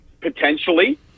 potentially